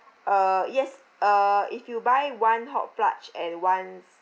uh yes uh if you buy one hot fudge and one